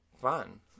Fun